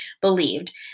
believed